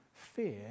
Fear